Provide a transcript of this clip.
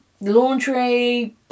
laundry